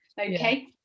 Okay